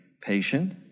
patient